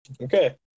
Okay